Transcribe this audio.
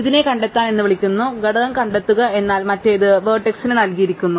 ഇതിനെ കണ്ടെത്തൽ എന്ന് വിളിക്കുന്നു ഘടകം കണ്ടെത്തുക എന്നാൽ മറ്റേത് ശീർഷകത്തിന് നൽകിയിരിക്കുന്നു